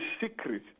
secret